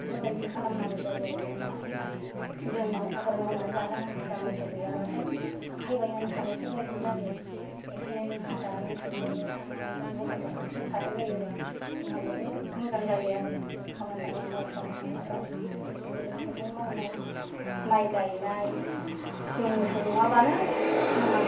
बेफोरबायदि खालामनांगौ जायो आरो जोंहा आबाद मावनानै जाग्रा मानसिफ्रा मोसौ गैयाबाथाय आखाइ बायनानै थानायफोर बायदि जायो बेखायनो जोंहा दा मोसौफोरबो थानांगौ मोसौफोर थाबायबायोबा जोंहा जोबोर मोजां जायो आरो खामानि दामानि मावस'नाय मानायफ्राव मैगं थाइगं मावनाय माइ गायनाय जों मोसौ नङाबानो जोंहा